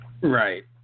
Right